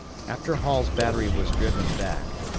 after hall's battery was driven back,